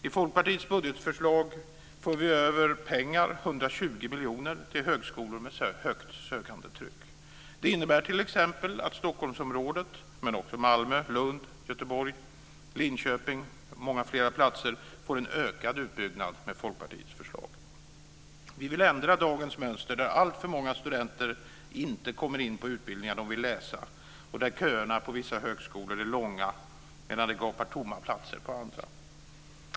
I vårt budgetförslag för vi över 120 miljoner kronor till högskolor med högt sökandetryck. Det innebär t.ex. att Stockholmsområdet, men också Malmö, Lund, Göteborg, Linköping och många fler platser, får en ökad utbyggnad med Folkpartiets förslag. Vi vill ändra dagens mönster där alltför många studenter inte kommer in på utbildningar där de vill läsa och där köerna på vissa högskolor är långa, medan platser gapar tomma på andra.